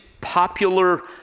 popular